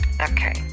Okay